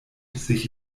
sich